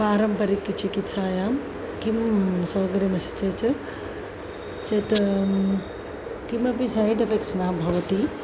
पारम्परिकचिकित्सायां किं सौकर्यमस्ति चेत् चेत् किमपि सैड् एफ़्फ़ेक्ट्स् न भवन्ति